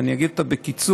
ואני אציג אותה בקיצור.